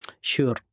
Sure